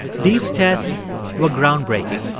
these tests were groundbreaking.